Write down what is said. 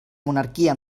monarquia